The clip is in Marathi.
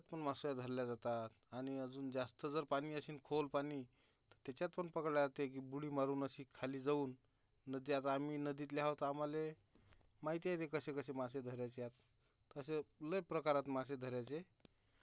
त्याच्यात पण माशा धरल्या जातात आणि अजून जास्त जर पाणी अशीन खोल पाणी त्याच्यात पण पकडल्या जाते की बुडी मारून अशी खाली जाऊन नदी आता आम्ही नदीतले आहो तर आम्हाला माहिती आहे ते कसेकसे मासे धरायचे हात तसे लै प्रकारात मासे धरायचे